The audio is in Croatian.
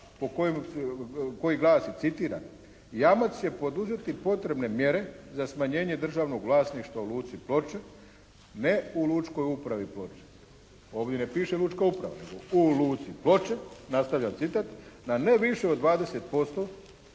a) koji glasi, citiram: "Jamac će poduzeti potrebne mjere za smanjenje državnog vlasništva u Luci Ploče, ne u lučkoj upravi Ploče" ovdje ne piše lučka uprava nego u Luci Ploče, nastavljam citat: "na ne više od 20%